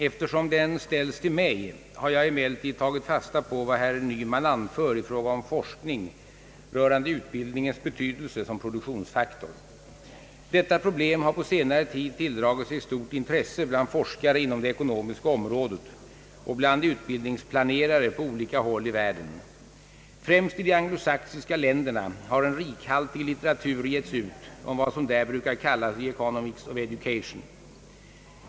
Eftersom den ställts till mig har jag emellertid tagit fasta på vad herr Nyman anför i fråga om forskning rörande utbildningens betydelse som produktionsfaktor. Detta problem har på senare tid tilldragit sig stort intresse bland forskare inom det ekonomiska området och bland utbildningsplanerare på olika håll i världen. Främst i de anglosaxiska länderna har en rikhaltig litteratur getts ut om vad som där brukar kallas »the Economics of Education».